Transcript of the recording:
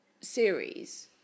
series